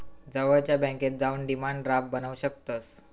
जवळच्या बॅन्केत जाऊन डिमांड ड्राफ्ट बनवू शकतंस